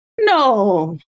No